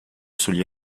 sugli